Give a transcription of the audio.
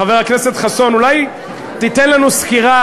חבר הכנסת חסון, אולי תיתן לנו סקירה.